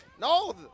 No